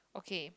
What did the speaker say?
okay